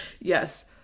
Yes